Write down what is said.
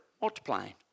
Multiplying